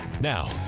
Now